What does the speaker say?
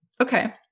okay